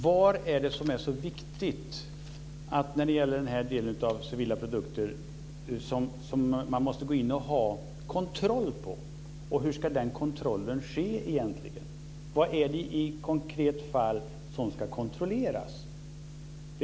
Vad är det som är så viktigt att man måste gå in och ha kontroll på när det gäller den här delen av civila produkter, och hur ska kontrollen ske egentligen? Vad är det i konkret fall som ska kontrolleras?